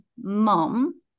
mom